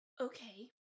Okay